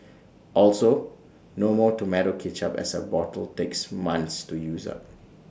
also no more Tomato Ketchup as A bottle takes months to use up